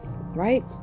right